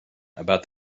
about